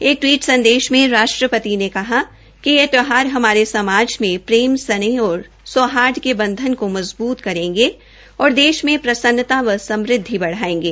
एक टवीट संदेश में राष्ट्रपति ने कहा कि ये त्योहार हमारे समाज में प्रेम स्नेह और सौहार्द के बंधन केा मजबूत करेंगे और देश मे प्रसन्नता व समृद्धि बढ़ायेंगे